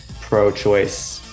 pro-choice